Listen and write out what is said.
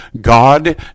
God